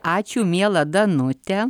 ačiū miela danute